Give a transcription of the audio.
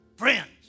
Friends